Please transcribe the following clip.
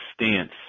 stance